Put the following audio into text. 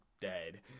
dead